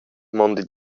mondi